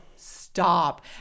stop